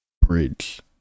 bridge